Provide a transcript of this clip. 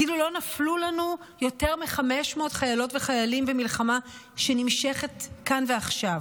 כאילו לא נפלו לנו יותר 500 חיילות וחיילים במלחמה שנמשכת כאן ועכשיו,